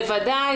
בוודאי.